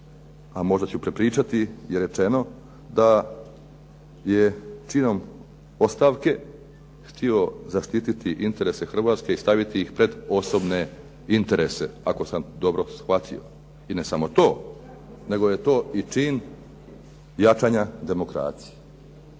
a možda ću prepričati je rečeno da je činom ostavke htio zaštititi interese Hrvatske i staviti ih pred osobne interese ako sam dobro shvatio. I ne samo to nego je to i čin jačanja demokracije.